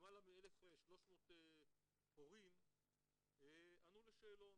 למעלה מ-1,300 הורים ענו לשאלון,